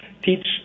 Teach